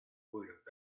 word